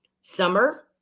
summer